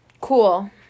cool